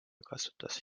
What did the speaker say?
kasutas